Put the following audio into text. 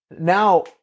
now